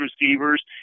receivers